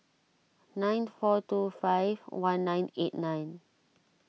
nine four two five one nine eight nine